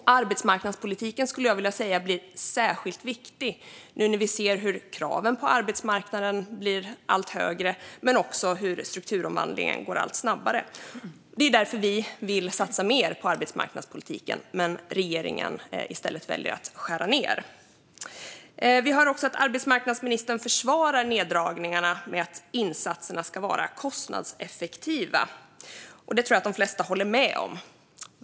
Arbetsmarknadspolitiken blir, skulle jag vilja säga, särskilt viktig nu när vi ser hur kraven på arbetsmarknaden blir allt högre men också hur strukturomvandlingen går allt snabbare. Det är därför vi vill satsa mer på arbetsmarknadspolitiken medan regeringen i stället väljer att skära ned. Vi hör att arbetsmarknadsministern försvarar neddragningarna med att insatserna ska vara kostnadseffektiva, och det tror jag att de flesta håller med om.